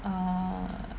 err